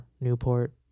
Newport